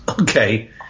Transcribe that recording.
okay